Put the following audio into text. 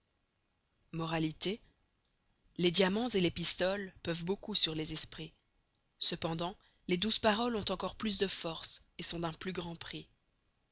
moralité les diamans et les pistoles peuvent beaucoup sur les esprits cependant les douces paroles ont encor plus de force et sont d'un plus grand prix